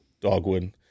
dogwood